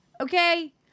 Okay